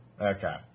Okay